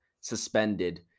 suspended